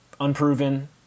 Unproven